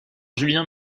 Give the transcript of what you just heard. julien